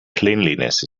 cleanliness